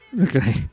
Okay